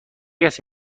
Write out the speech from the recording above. کسی